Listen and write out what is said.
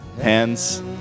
Hands